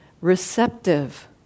receptive